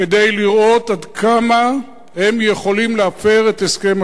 במבחנים כדי לראות עד כמה הם יכולים להפר את הסכם השלום.